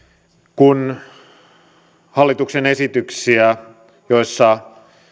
kun käsitellään hallituksen esityksiä joissa